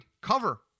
Cover